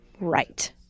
Right